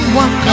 one